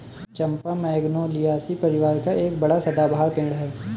चंपा Magnoliaceae परिवार का एक बड़ा सदाबहार पेड़ है